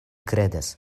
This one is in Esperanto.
kredas